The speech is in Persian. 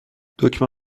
دکمه